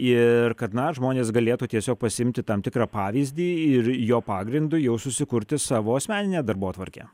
ir kad na žmonės galėtų tiesiog pasiimti tam tikrą pavyzdį ir jo pagrindu jau susikurti savo asmeninę darbotvarkę